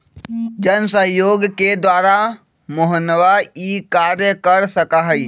जनसहयोग के द्वारा मोहनवा ई कार्य कर सका हई